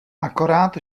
akorát